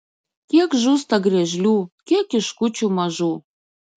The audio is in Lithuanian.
kiek žūsta griežlių kiek kiškučių mažų